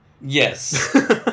Yes